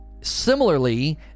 similarly